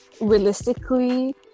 realistically